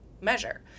measure